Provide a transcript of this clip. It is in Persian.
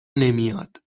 نمیاد